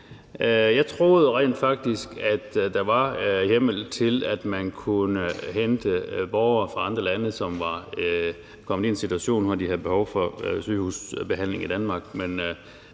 Jeg troede rent faktisk, at der var hjemmel til, at man kunne hente borgere fra andre lande, som var kommet i en situation, hvor de havde behov for sygehusbehandling i Danmark,